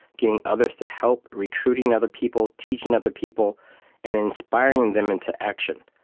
getting others to help recruiting other people, teaching other people and inspiring them into action.